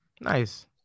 Nice